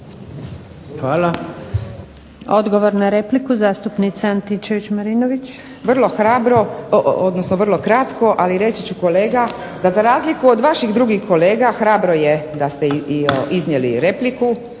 (SDP)** Odgovor na repliku, zastupnica Antičević-Marinović. **Antičević Marinović, Ingrid (SDP)** Vrlo hrabro, odnosno vrlo kratko, ali reći ću kolega da za razliku od vaših drugih kolega hrabro je da ste iznijeli repliku,